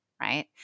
right